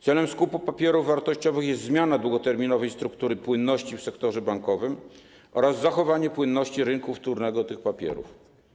Celem skupu papierów wartościowych jest zmiana długoterminowej struktury płynności w sektorze bankowym oraz zachowanie płynności rynku wtórnego tych papierów.